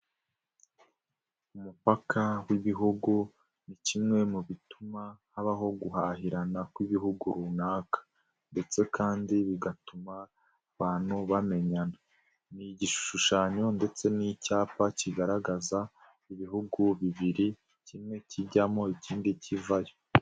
Umupaka w'ibihugu ni kimwe mu bituma habaho guhahirana kw'ibihugu runaka ndetse kandi bigatuma abantu bamenyana. Ni igishushanyo ndetse n'icyapa kigaragaza ibihugu bibiri, kimwe kijyamo ikindi kivayo.